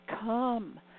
come